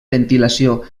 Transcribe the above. ventilació